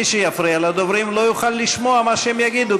מי שיפריע לדוברים לא יוכל לשמוע מה שהם יגידו,